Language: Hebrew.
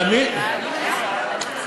זה מראה על כוונה.